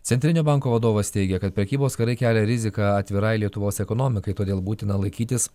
centrinio banko vadovas teigia kad prekybos karai kelia riziką atvirai lietuvos ekonomikai todėl būtina laikytis